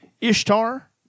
Ishtar